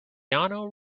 cristiano